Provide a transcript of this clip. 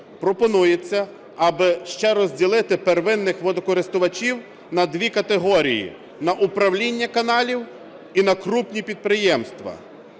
пропонується, аби ще розділити первинних водокористувачів на дві категорії: на управління каналів і на крупні підприємства.